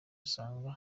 usanga